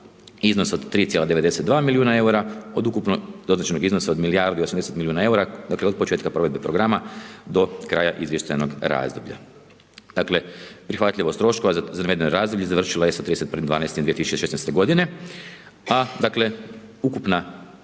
iznos od 3,92 milijuna EUR-a od ukupno, do određenog iznosa od milijardu i 80 milijuna EUR-a, dakle, od početka provedbe programa do kraja izvještajnog razdoblja. Dakle, prihvatljivost troškova za navedeno razdoblje završila je sa 31.12.2016.g., a, dakle, ukupna